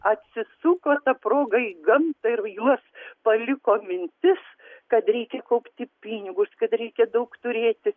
atsisuko ta proga gamtą ir juos paliko mintis kad reikia kaupti pinigus kad reikia daug turėti